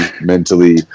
mentally